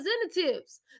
representatives